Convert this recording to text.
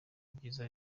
ibyiza